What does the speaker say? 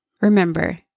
Remember